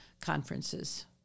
conferences